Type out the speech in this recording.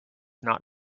not